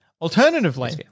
Alternatively